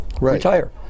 retire